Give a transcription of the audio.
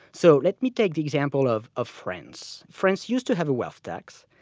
so let me take the example of of france. france used to have a wealth tax,